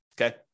okay